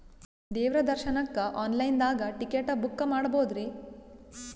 ದೇವ್ರ ದರ್ಶನಕ್ಕ online ದಾಗ ಟಿಕೆಟ ಬುಕ್ಕ ಮಾಡ್ಬೊದ್ರಿ?